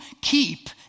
keep